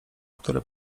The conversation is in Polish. które